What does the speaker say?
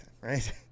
right